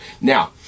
Now